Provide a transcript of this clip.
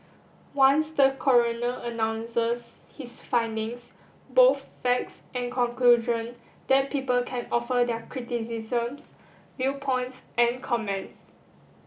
once the coroner announces his findings both facts and conclusion then people can offer their criticisms viewpoints an comments